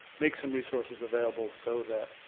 make some resources available so that,